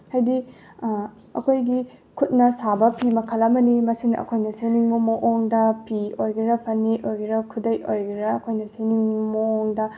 ꯍꯥꯏꯗꯤ ꯑꯩꯈꯣꯏꯒꯤ ꯈꯨꯠꯅ ꯁꯥꯕ ꯐꯤ ꯃꯈꯜ ꯑꯃꯅꯤ ꯃꯁꯤꯅ ꯑꯩꯈꯣꯏꯅ ꯁꯦꯝꯅꯤꯡꯕ ꯃꯑꯣꯡꯗ ꯐꯤ ꯑꯣꯏꯒꯦꯔ ꯐꯅꯦꯛ ꯑꯣꯏꯒꯦꯔ ꯈꯨꯗꯩ ꯑꯣꯏꯒꯦꯔ ꯑꯩꯈꯣꯏꯅ ꯁꯦꯝꯅꯤꯡꯕ ꯃꯑꯣꯡꯗ